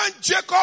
Jacob